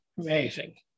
Amazing